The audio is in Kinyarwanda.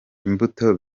imbuto